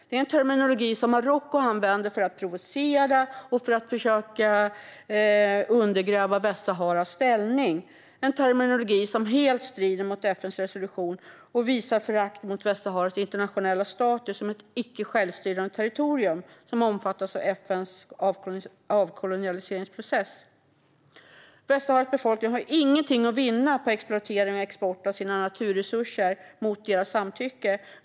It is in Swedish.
Det är en terminologi som Marocko använder för att provocera och för att försöka undergräva Västsaharas ställning och en terminologi som helt strider mot FN:s resolutioner. Detta visar förakt mot Västsaharas internationella status som ett icke-självstyrande territorium som omfattas av FN:s avkoloniseringsprocess. Västsaharas befolkning har ingenting att vinna på exploatering och export av sina naturresurser mot sitt samtycke.